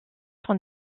son